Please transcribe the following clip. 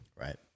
right